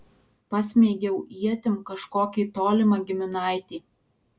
pasmeigiau ietim kažkokį tolimą giminaitį